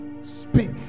speak